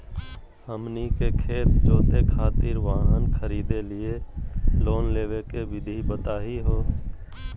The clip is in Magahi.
हमनी के खेत जोते खातीर वाहन खरीदे लिये लोन लेवे के विधि बताही हो?